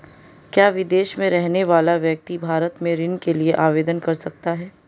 क्या विदेश में रहने वाला व्यक्ति भारत में ऋण के लिए आवेदन कर सकता है?